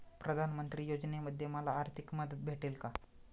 प्रधानमंत्री योजनेमध्ये मला आर्थिक मदत भेटेल का?